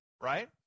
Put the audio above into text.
Right